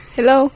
Hello